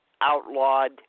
outlawed